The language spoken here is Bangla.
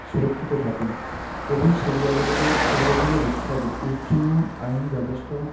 সুরক্ষিত থাকে এবং সেই জায়গাগুলো সেই জায়গাগুলো দেখতে হবে এর জন্য আইনি ব্যবস্থা